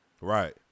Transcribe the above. Right